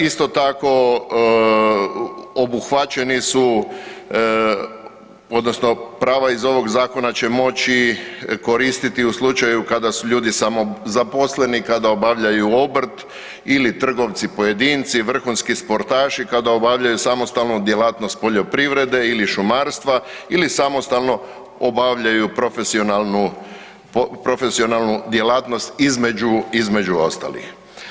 Isto tako obuhvaćeni su odnosno prava iz ovoga Zakona će moći koristiti u slučaju kada su ljudi samozaposleni, kada obavljaju obrt ili trgovci pojedinci, vrhunski sportaši kada obavljaju samostalnu djelatnost poljoprivrede ili šumarstva ili samostalno obavljaju profesionalnu djelatnost između ostalih.